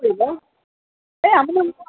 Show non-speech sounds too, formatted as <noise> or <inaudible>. <unintelligible>